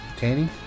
Tani